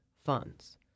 funds